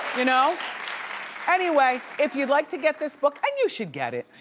you know anyway, if you'd like to get this book, and you should get it,